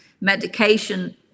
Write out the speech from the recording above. medication